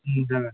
जागोन